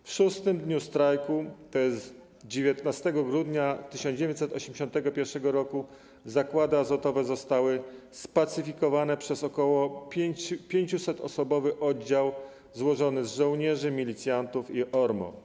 W 6. dniu strajku, tj. 19 grudnia 1981 r., zakłady azotowe zostały spacyfikowane przez około 500-osobowy oddział złożony z żołnierzy, milicjantów i ORMO.